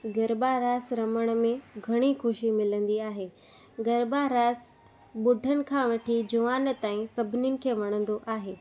गरबा रास रमण में घणी ख़ुशी मिलंदी आहे गरबा रास ॿुढनि खां वठी जुवान ताईं सभिनिनि खे वणंदो आहे